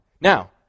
now